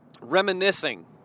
reminiscing